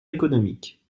économique